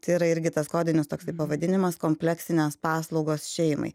tai yra irgi tas kodinis toksai pavadinimas kompleksinės paslaugos šeimai